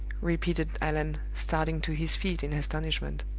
repeated allan, starting to his feet in astonishment.